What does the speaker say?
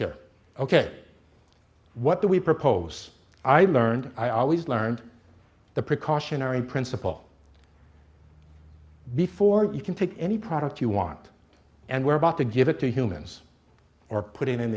here ok what do we propose i learned i always learned the precautionary principle before you can take any product you want and we're about to give it to humans or puttin